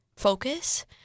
focus